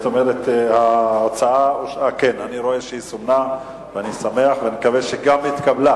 אני רואה שההצעה סומנה ואני שמח ומקווה שגם התקבלה,